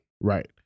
right